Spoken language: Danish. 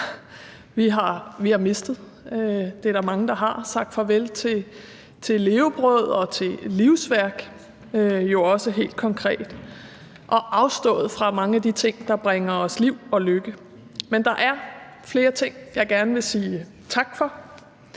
Vi har mistet – det er der mange der har – sagt farvel til levebrød og jo også helt konkret til livsværk og afstået fra mange af de ting, der bringer os liv og lykke. Men der er flere ting, jeg gerne vil sige tak for,